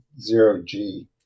zero-g